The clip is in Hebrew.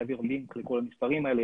להעביר לינק לכל המספרים האלה.